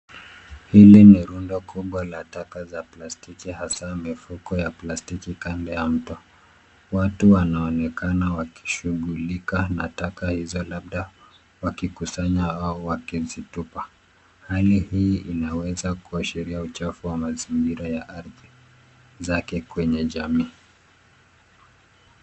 Hili ni rundo kubwa la taka za plastiki hasa mifuko ya plastiki kando ya mto. Watu wanaonekana wakishughulika na taka hizo labda wakikusanya au wakizitupa. Hali hii inaweza kuashiria uchafu wa mazingira ya ardhi zake kwenye jamii.